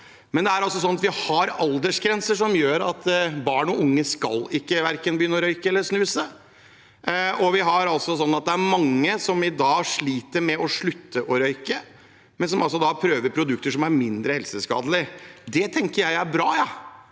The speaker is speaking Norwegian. men vi har aldersgrenser som gjør at barn og unge verken skal begynne å røyke eller snuse. Det er mange som i dag sliter med å slutte å røyke, men som prøver produkter som er mindre helseskadelige. Det tenker jeg er bra.